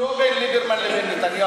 המשא-ומתן הוא לא בין ליברמן לבין נתניהו.